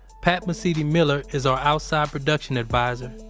pat mesiti miller is our outside production advisor.